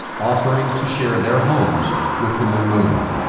offering to share their homes with the marooned.